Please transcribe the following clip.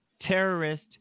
terrorist